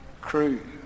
crew